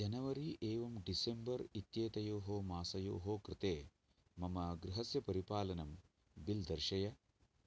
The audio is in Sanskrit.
जनवरी एवं डिसेम्बर् इत्येतयोः मासयोः कृते मम गृहस्य परिपालनम् बिल् दर्शय